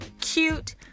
cute